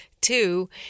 Two